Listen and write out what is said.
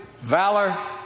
valor